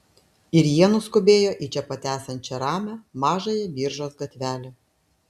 ir jie nuskubėjo į čia pat esančią ramią mažąją biržos gatvelę